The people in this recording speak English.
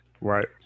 Right